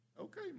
Okay